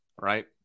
right